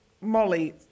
Molly